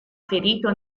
ferito